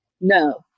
No